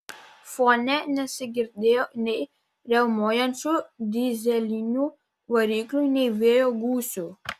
fone nesigirdėjo nei riaumojančių dyzelinių variklių nei vėjo gūsių